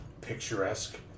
picturesque